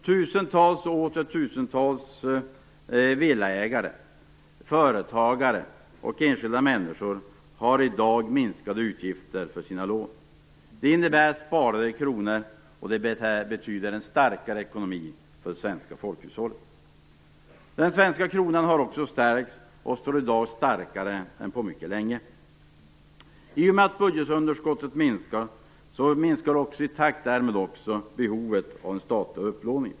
Tusentals och åter tusentals villaägare, företagare och enskilda människor har i dag minskade utgifter för sina lån. Det innebär inbesparade kronor och en starkare ekonomi för det svenska folkhushållet. Den svenska kronan har också stärkts och står i dag starkare än på mycket länge. Budgetunderskottet minskar, och i takt med detta minskar också behovet av statlig upplåning.